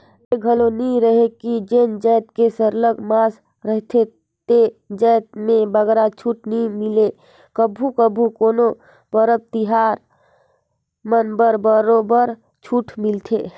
अइसे घलो नी रहें कि जेन जाएत के सरलग मांग रहथे ते जाएत में बगरा छूट नी मिले कभू कभू कोनो परब तिहार मन म बरोबर छूट मिलथे